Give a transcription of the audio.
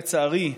לצערי,